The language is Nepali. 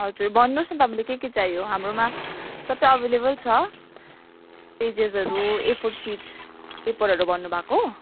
हजुर भन्नुहोस् न तपाईँले के के चाहियो हाम्रोमा सबै अभाइलेबल छ पेजेसहरू ए फोर सिट पेपरहरू भन्नु भएको